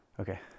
Okay